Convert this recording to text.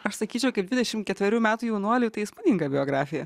aš sakyčiau kaip dvidešimt ketverių metų jaunuoliui tai įspūdinga biografija